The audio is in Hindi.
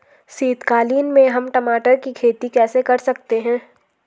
शीतकालीन में हम टमाटर की खेती कैसे कर सकते हैं?